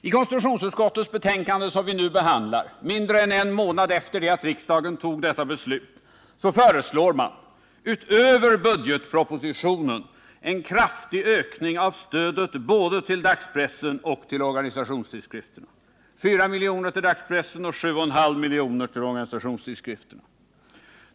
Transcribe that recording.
I det betänkande från konstitutionsutskottet som vi nu behandlar — mindre än en månad efter det riksdagen fattade detta beslut — föreslås, utöver budgetpropositionen, en kraftig ökning av stödet både till dagspressen och till organisationstidskrifter, 4 miljoner till dagspressen och 7,5 miljoner till organisationstidskrifter.